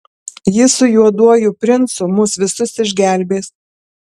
jis su juoduoju princu mus visus išgelbės